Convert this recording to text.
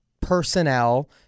personnel